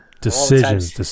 Decisions